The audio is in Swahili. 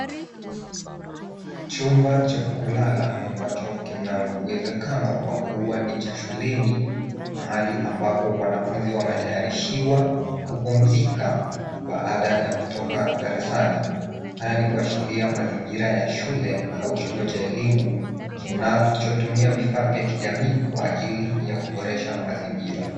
Chumba cha kulala ambacho kina uwezekano wa kuwa ni cha shuleni. Mahali ambapo wanafunzi wametayarishwa kupumzika baada ya darasani. Haya ni kuashiria mazingira ya shule au kituo cha elimu kinachotumia vifaa vya kijamii kwa ajili ya kuboresha mazingira.